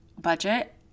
budget